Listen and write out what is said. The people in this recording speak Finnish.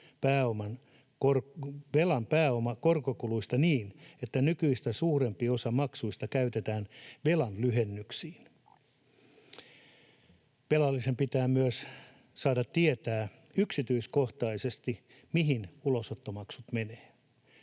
velan pääoma korkokuluista niin, että nykyistä suurempi osa maksuista käytetään velan lyhennyksiin. Velallisen pitää myös saada tietää yksityiskohtaisesti, mihin ulosottomaksut menevät.